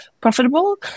profitable